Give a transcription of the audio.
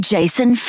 Jason